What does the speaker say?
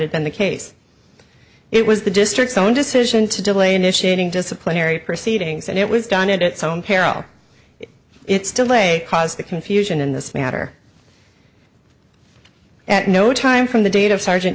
had been the case it was the district's own decision to delay initiating disciplinary proceedings and it was done in its own peril it's still a cause of the confusion in this matter at no time from the date of sergeant